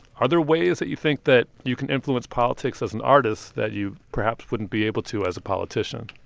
are there ways that you think that you can influence politics as an artist that you, perhaps, wouldn't be able to as a politician?